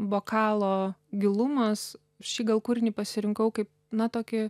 bokalo gilumas šį gal kūrinį pasirinkau kaip na tokį